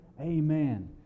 Amen